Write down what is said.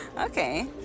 Okay